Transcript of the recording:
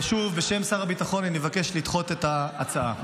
שוב, בשם שר הביטחון אני מבקש לדחות את ההצעה.